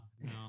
no